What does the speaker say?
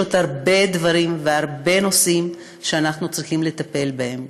יש עוד הרבה דברים והרבה נושאים שאנחנו צריכים לטפל בהם.